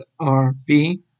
RB